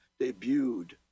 debuted